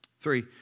Three